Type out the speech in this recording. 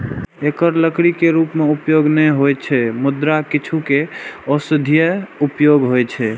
एकर लकड़ी के रूप मे उपयोग नै होइ छै, मुदा किछु के औषधीय उपयोग होइ छै